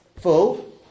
full